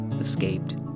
escaped